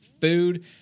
food